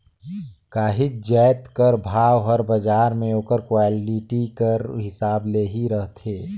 काहींच जाएत कर भाव हर बजार में ओकर क्वालिटी कर हिसाब ले ही रहथे